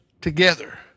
together